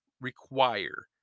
require